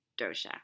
dosha